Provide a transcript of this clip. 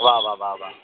वाह वाह वाह वाह